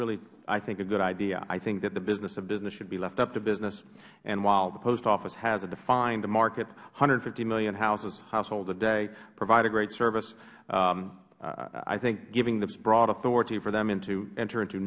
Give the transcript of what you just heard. really i think a good idea i think that the business of business should be left up to business and while the post office has a defined market one hundred and fifty million households a day provide a great service i think giving this broad authority for them to enter into